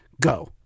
go